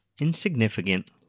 insignificant